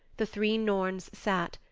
the three norns sat,